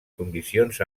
condicions